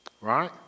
Right